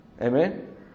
amen